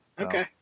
Okay